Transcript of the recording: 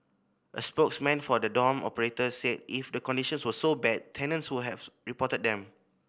a spokesman for the dorm operator said if the conditions were so bad tenants would have reported them